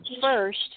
first